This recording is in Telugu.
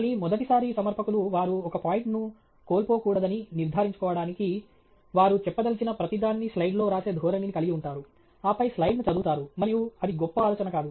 మళ్ళీ మొదటిసారి సమర్పకులు వారు ఒక పాయింట్ను కోల్పోకూడదని నిర్ధారించుకోవడానికి వారు చెప్పదలచిన ప్రతిదాన్ని స్లైడ్లో వ్రాసే ధోరణిని కలిగి ఉంటారు ఆపై స్లయిడ్ను చదవుతారు మరియు అది గొప్ప ఆలోచన కాదు